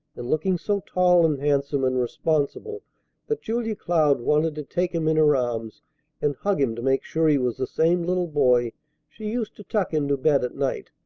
and looking so tall and handsome and responsible that julia cloud wanted to take him in her arms and hug him to make sure he was the same little boy she used to tuck into bed at night.